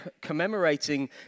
commemorating